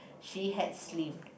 she had slim